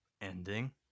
ending